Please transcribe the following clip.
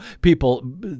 People